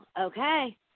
Okay